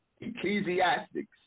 Ecclesiastics